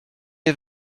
est